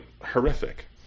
horrific